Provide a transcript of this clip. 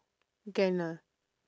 can lah